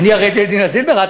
אני, אצל דינה זילבר?